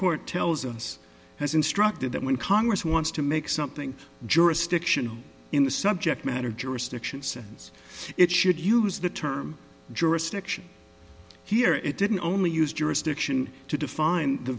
court tells us has instructed that when congress wants to make something jurisdiction in the subject matter jurisdiction since it should use the term jurisdiction here it didn't only use jurisdiction to define the